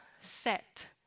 set